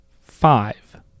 five